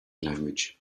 language